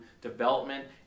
development